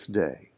day